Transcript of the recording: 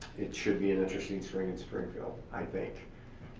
it should be an interesting spring in springfield, i think.